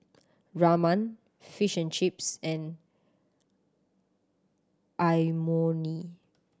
Ramen Fish and Chips and Imoni